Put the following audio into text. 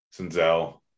Sinzel